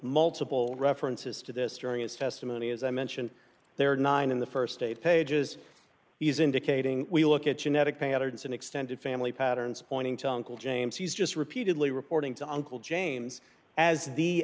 multiple references to this during his testimony as i mentioned there are nine in the st eight pages he is indicating we look at genetic patterns and extended family patterns pointing to uncle james who's just repeatedly reporting to uncle james as the